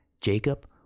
Jacob